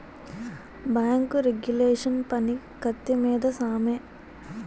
bank regulation పని కత్తి మీద సామే